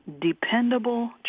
dependable